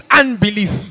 unbelief